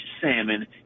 salmon